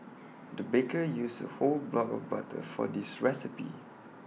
the baker used A whole block of butter for this recipe